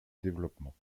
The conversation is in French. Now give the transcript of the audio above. développement